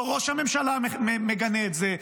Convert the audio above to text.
לא ראש הממשלה מגנה את זה,